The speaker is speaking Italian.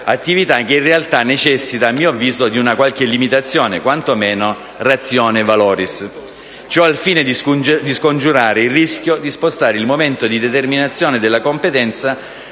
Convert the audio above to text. attività che in realtà necessita, a mio avviso, di una qualche limitazione, quanto meno *ratione valoris*. Ciò al fine di scongiurare il rischio di spostare il momento di determinazione della competenza